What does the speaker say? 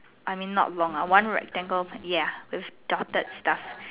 I mean not long ah one rectangle ya there's dotted stuff